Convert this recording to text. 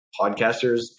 podcasters